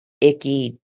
icky